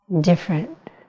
different